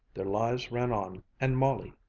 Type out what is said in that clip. their lives ran on, and molly,